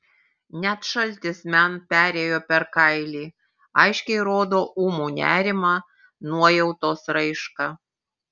net šaltis man perėjo per kailį aiškiai rodo ūmų nerimą nuojautos raišką